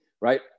right